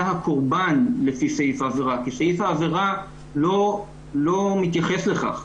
הקורבן לפי סעיף העבירה כי סעיף העבירה לא מתייחס לכך.